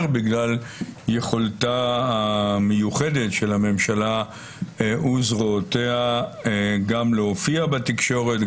בגלל יכולתה המיוחדת של הממשלה וזרועותיה גם להופיע בתקשורת,